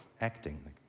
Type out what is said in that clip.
acting